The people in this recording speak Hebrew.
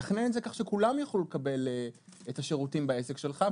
תכנן את זה כך שכולם יוכלו לקבל את השירותים בעסק שלך,